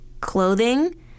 clothing